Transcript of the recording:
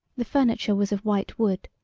the furniture was of white wood,